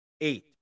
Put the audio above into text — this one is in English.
Eight